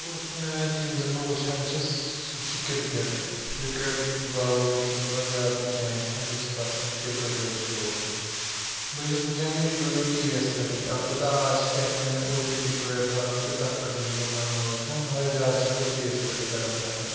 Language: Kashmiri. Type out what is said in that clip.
سپوٗرٹٕس میٚچ یِم زَن بہٕ وُِچھان چھُس سُہ چھُ کِرکٹ کِرکٹ باوجوٗد چھُس نہٕ بہٕ زیادٕ کیٚنٛہہ وُِچھان بہٕ چھُس بَس یِمے کِرکٹٕے یوٚت وُچھان بہٕ چھُس وُِچھان یوٗجویلی ٹی ویَس پٮ۪ٹھٕے اَلبَتہٕ اَز چھِ کیٛاہ چھِ اَتھ وَنان O T T platform تہٕ تَتھ پٮ۪ٹھ تہِ چھُس بہٕ منٛزٕ منٛزٕ وُِچھان مگر زیادٕ چھُس بہٕ ٹی ویَس پٮ۪ٹھٕے کران پرٛیفر